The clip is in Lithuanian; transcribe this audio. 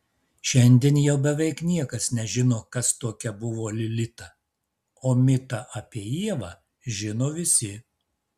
šiandien jau beveik niekas nežino kas tokia buvo lilita o mitą apie ievą žino visi